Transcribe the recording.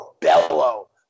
bellow